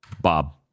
Bob